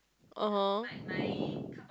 ah [huh]